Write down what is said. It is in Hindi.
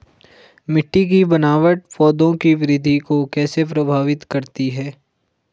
मिट्टी की बनावट पौधों की वृद्धि को कैसे प्रभावित करती है?